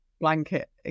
blanket